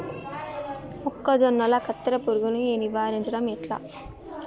మొక్కజొన్నల కత్తెర పురుగుని నివారించడం ఎట్లా?